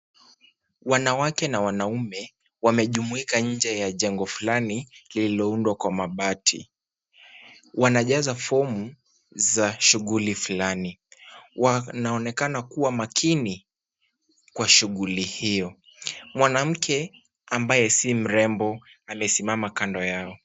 Wanawake na wanaume, wamejumuika nje ya jengo fulani, lililoundwa kwa mabati. Wanajaza fomu za shughuli fulani. Wanaonekana kuwa makini kwa shughuli hiyo. Mwanamke ambaye si mrembo, amesimama kando yao.